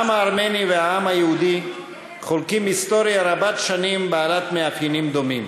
העם הארמני והעם היהודי חולקים היסטוריה רבת שנים בעלת מאפיינים דומים.